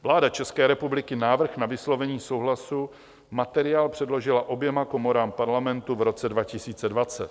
Vláda České republiky návrh na vyslovení souhlasu materiál předložila oběma komorám Parlamentu v roce 2020.